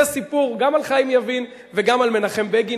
זה סיפור גם על חיים יבין וגם על מנחם בגין,